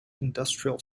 industrial